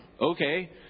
Okay